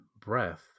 breath